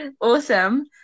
Awesome